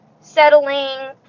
Settling